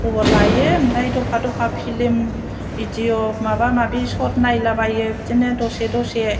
खबर लायो ओमफ्राय दफा दफा फ्लिम भिडिय' माबा माबि सर्ट नायलाबायो बिदिनो दसे दसे